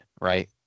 right